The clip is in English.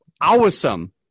Awesome